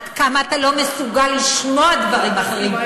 עד כמה אתה לא מסוגל לשמוע דברים אחרים,